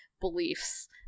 beliefs